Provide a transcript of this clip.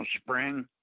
spring